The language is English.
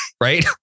right